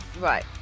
Right